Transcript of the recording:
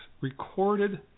recorded